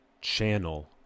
channel